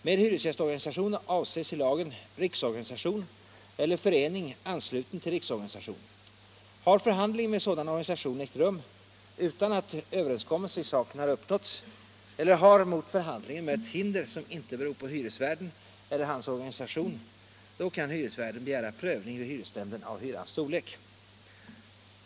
Med hyresgästorganisation avses i lagen riksorganisation eller förening ansluten till riksorganisation. Har förhandling med sådan organisation ägt rum utan att överenskommelse i saken uppnåtts eller har mot förhandlingen mött hinder som inte beror på hyresvärden eller hans organisation, kan hyresvärden begära prövning vid hyresnämnden av hyrans storlek.